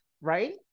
right